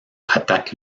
attaque